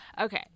Okay